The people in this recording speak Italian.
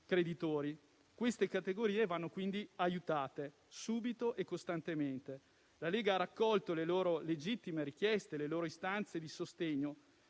creditori. Queste categorie vanno quindi aiutate subito e costantemente. La Lega ha accolto le loro legittime richieste e le loro istanze di sostegno